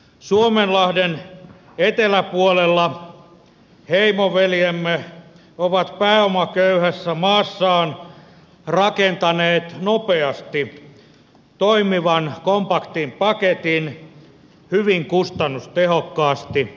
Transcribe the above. suomenlahden eteläpuolella heimoveljemme ovat pääomaköyhässä maassaan rakentaneet nopeasti toimivan kompaktin paketin hyvin kustannustehokkaasti